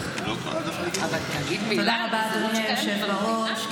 תודה רבה, אדוני היושב בראש.